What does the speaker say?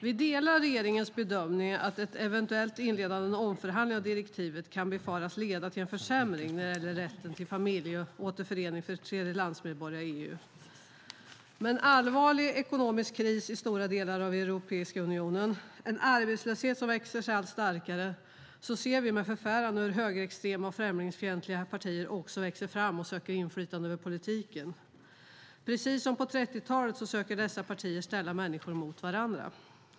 Vi delar regeringens bedömning att ett eventuellt inledande av omförhandling av direktivet kan befaras leda till en försämring när det gäller rätten till familjeåterförening för tredjelandsmedborgare i EU. Med en allvarlig ekonomisk kris i stora delar av Europeiska unionen, en arbetslöshet som växer sig allt starkare, ser vi med förfäran hur högerextrema och främlingsfientliga partier också växer fram och söker inflytande över politiken. Precis som på 30-talet söker dessa partier ställa människor mot varandra.